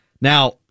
Now